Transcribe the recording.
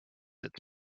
its